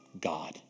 God